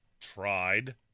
tried